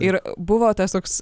ir buvo tas toks